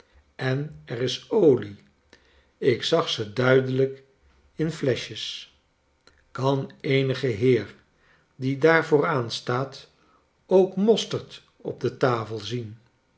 en er isolie ik zag ze duidelijk in fleschjes kan eenig heer die daar vooraan staat ook mosterd op de tafel zien